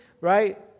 Right